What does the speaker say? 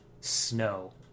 snow